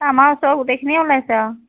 আমাৰ ওচৰৰ গোটেইখিনিয়ে ওলাইছে আৰু